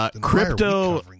Crypto